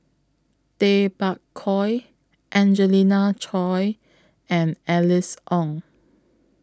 Tay Bak Koi Angelina Choy and Alice Ong